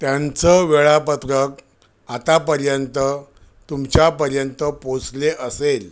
त्यांचं वेळापत्रक आतापर्यंत तुमच्यापर्यंत पोचले असेल